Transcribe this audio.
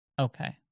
okay